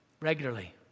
regularly